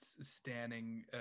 standing